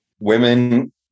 women